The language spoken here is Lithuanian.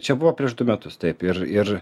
čia buvo prieš du emtus taip ir ir